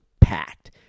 packed